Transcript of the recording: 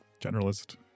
generalist